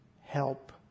help